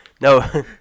No